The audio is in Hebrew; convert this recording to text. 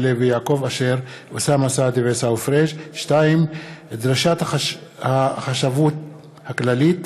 רוזנטל וזהבה גלאון בנושא: דרישת החשבת הכללית